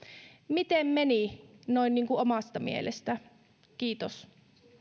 miten meni noin niin kuin omasta mielestä kiitos